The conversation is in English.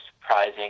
surprising